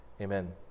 Amen